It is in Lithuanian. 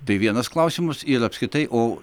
tai vienas klausimus ir apskritai o